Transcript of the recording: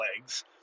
legs